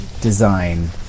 design